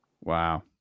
Wow